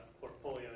portfolio